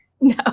no